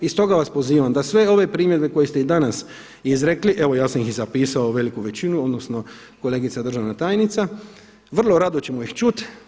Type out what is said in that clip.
I stoga vas pozivam da sve ove primjedbe koje ste i danas izrekli, evo ja sam ih i zapisao veliku većinu odnosno kolegica državna tajnica vrlo rado ćemo ih čut.